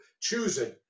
choosing